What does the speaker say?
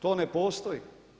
To ne postoji.